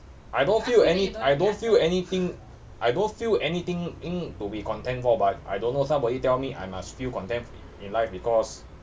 I don't feel any I don't feel anything I don't feel anything thing to be content for but I don't know somebody tell me I must feel content in life because